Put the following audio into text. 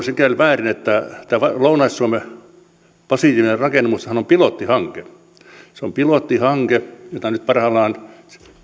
sikäli väärin että lounais suomen positiivinen rakennemuutoshan on pilottihanke se on pilottihanke jota nyt parhaillaan